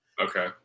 Okay